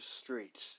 streets